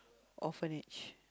orphanage